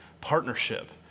partnership